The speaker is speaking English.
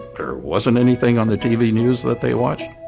there wasn't anything on the tv news that they watched.